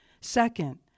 Second